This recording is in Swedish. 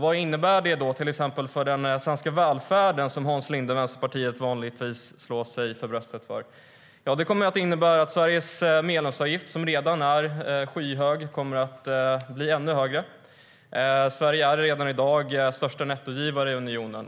Vad innebär det för den svenska välfärden, som Hans Linde och Vänsterpartiet vanligtvis slår sig för bröstet för? Det kommer att innebära att Sveriges medlemsavgift, som redan är skyhög, kommer att bli ännu högre. Sverige är redan i dag största nettogivare i unionen.